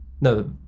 No